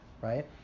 right